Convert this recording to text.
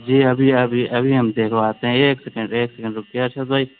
جی ابھی ابھی ابھی ہم دکھواتے ہیں ابھی ایک سیکنڈ ایک سیکنڈ رکیے ارشد بھائی